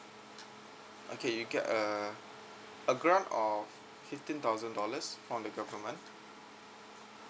okay you get a a grant of fifteen thousand dollars from the government